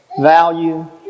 value